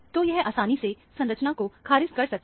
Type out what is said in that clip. तो यह आसानी से संरचना को खारिज कर सकता है